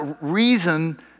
reason